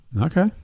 Okay